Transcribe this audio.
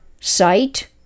sight